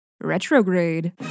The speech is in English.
retrograde